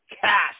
cash